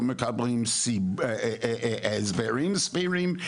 לא מקבלים הסברים סבירים.